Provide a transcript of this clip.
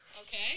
Okay